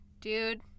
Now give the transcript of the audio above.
Dude